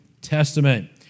Testament